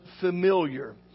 familiar